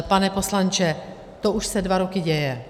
Pane poslanče, to už se dva roky děje.